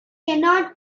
cannot